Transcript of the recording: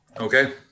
Okay